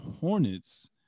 Hornets